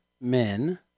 men